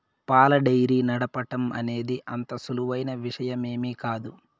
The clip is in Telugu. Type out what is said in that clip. పాల డెయిరీ నడపటం అనేది అంత సులువైన విషయమేమీ కాదు